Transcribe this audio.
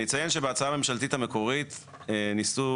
אני אציין שבהצעה הממשלתית המקורית ניסו,